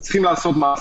צריכים לעשות מעשה.